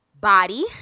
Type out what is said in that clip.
Body